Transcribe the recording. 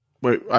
Wait